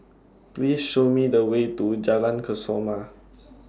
Please Show Me The Way to Jalan Kesoma